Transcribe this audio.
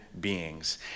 beings